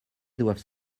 doivent